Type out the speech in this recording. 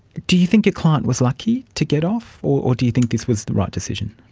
do you think your client was lucky to get off, or do you think this was the right decision?